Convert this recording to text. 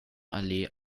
allee